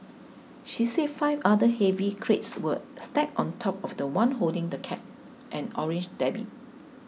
she say five other heavy crates were stacked on top of the one holding the cat and orange Debbie